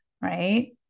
right